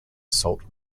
salt